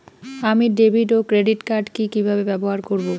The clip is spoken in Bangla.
আমি ডেভিড ও ক্রেডিট কার্ড কি কিভাবে ব্যবহার করব?